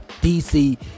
dc